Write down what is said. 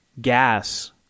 gas